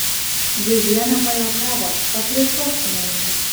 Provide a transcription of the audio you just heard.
ziezienė pajuokavo paflirtuok su manimi